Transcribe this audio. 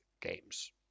games